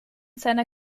seiner